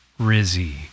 Rizzy